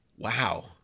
Wow